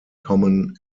common